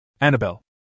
Annabelle